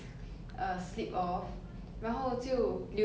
然后我们走掉 then 我的 brother 很好 eh 我的 brother